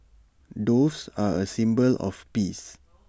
doves are A symbol of peace